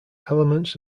elements